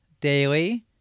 Daily